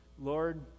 Lord